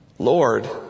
Lord